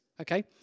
okay